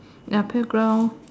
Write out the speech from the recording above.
ya playground